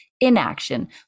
inaction